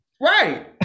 Right